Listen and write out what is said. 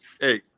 Hey